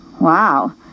Wow